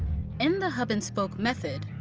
in the hub and spoke method,